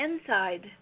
inside